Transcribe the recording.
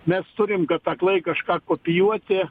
mes turim kad aklai kažką kopijuoti